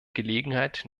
gelegenheit